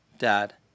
Dad